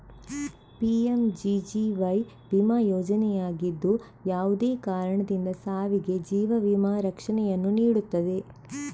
PMGGY ವಿಮಾ ಯೋಜನೆಯಾಗಿದ್ದು, ಯಾವುದೇ ಕಾರಣದಿಂದ ಸಾವಿಗೆ ಜೀವ ವಿಮಾ ರಕ್ಷಣೆಯನ್ನು ನೀಡುತ್ತದೆ